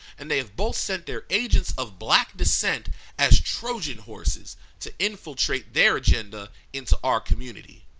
and they have both sent their agents of black descent as trojan horses to infiltrate their agenda into our community.